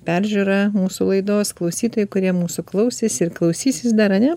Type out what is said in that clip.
peržiūra mūsų laidos klausytojai kurie mūsų klausėsi ir klausysis dar ane